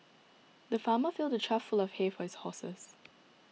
the farmer filled a trough full of hay for his horses